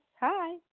Hi